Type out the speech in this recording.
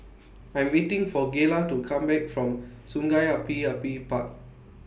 I'm waiting For Gayla to Come Back from Sungei Api Api Park